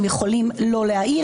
הם יכולים לא להעיר?